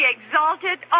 Exalted